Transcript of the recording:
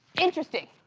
interesting.